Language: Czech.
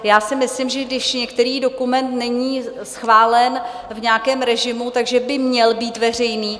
Já si myslím, že když některý dokument není schválen v nějakém režimu, že by měl být veřejný.